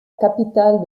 capitale